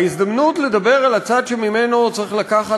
ההזדמנות לדבר על הצד שממנו צריך לקחת